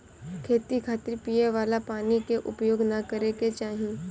खेती खातिर पिए वाला पानी क उपयोग ना करे के चाही